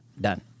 done